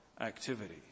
activity